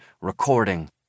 recording